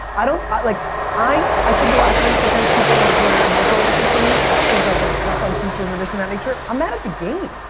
i don't. like i i think a lot of times, sometimes people when they hear micro answers from me think like i'm tough on teachers or this and that nature, i'm mad at the game.